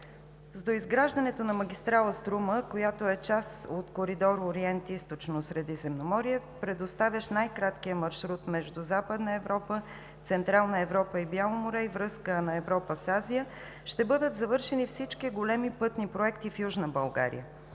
С доизграждането на магистрала „Струма“, която е част от коридор „Ориент – Източно Средиземноморие“, предоставящ най-краткия маршрут между Западна Европа, Централна Европа и Бяло море и връзка на Европа с Азия, ще бъдат завършени всички големи пътни проекти в Южна България.